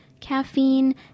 caffeine